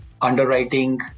underwriting